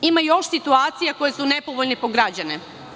Ima još situacije koje su nepovoljne po građane.